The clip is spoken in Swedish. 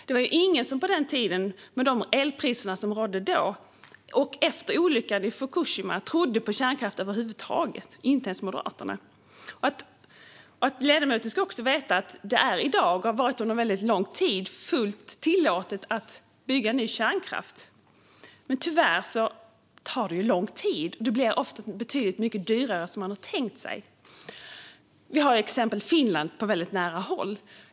Det var ingen som på den tiden, med de elpriser som rådde då och efter olyckan i Fukushima, trodde på kärnkraft över huvud taget - inte ens Moderaterna. Ledamoten ska också veta att det i dag är fullt tillåtet att bygga ny kärnkraft och har varit det under väldigt lång tid. Men tyvärr tar det lång tid, och det blir ofta betydligt dyrare än man tänkt sig. Vi har exemplet Finland på väldigt nära håll.